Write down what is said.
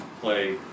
play